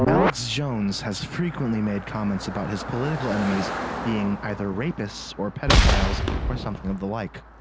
alex jones has frequently made comments about his political enemies being either rapists or pedophiles or something of the like.